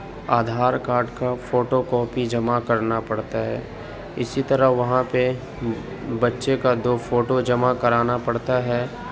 Aadhaar card کا photo copy جمع کرنا پڑتا ہے اسی طرح وہاں پہ بچے کا دو فوٹو جمع کرانا پڑتا ہے